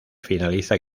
finaliza